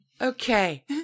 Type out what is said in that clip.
Okay